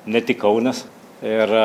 ne tik kaunas ir